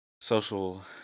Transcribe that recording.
social